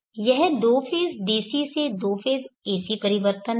तो यह दो फेज़ DC से दो फेज़ AC परिवर्तन है